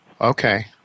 Okay